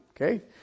Okay